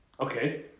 Okay